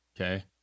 Okay